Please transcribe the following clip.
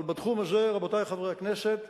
אבל בתחום הזה, רבותי חברי הכנסת,